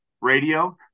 radio